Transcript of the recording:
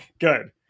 Good